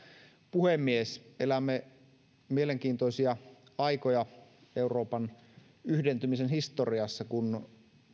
puhemies elämme mielenkiintoisia aikoja euroopan yhdentymisen historiassa kun